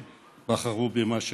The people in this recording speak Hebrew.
בחרו במה שאפשר.